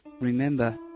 remember